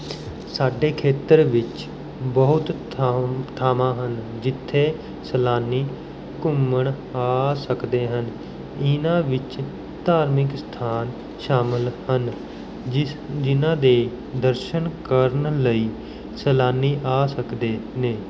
ਸਾਡੇ ਖੇਤਰ ਵਿੱਚ ਬਹੁਤ ਥਾਂਵ ਥਾਵਾਂ ਹਨ ਜਿੱਥੇ ਸੈਲਾਨੀ ਘੁੰਮਣ ਆ ਸਕਦੇ ਹਨ ਇਨ੍ਹਾਂ ਵਿੱਚ ਧਾਰਮਿਕ ਅਸਥਾਨ ਸ਼ਾਮਿਲ ਹਨ ਜਿਸ ਜਿਨ੍ਹਾਂ ਦੇ ਦਰਸ਼ਨ ਕਰਨ ਲਈ ਸੈਲਾਨੀ ਆ ਸਕਦੇ ਨੇ